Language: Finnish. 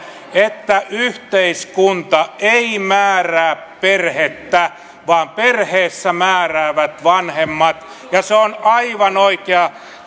että yhteiskunta ei määrää perhettä vaan perheessä määräävät vanhemmat ja se on aivan oikea